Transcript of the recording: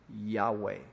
Yahweh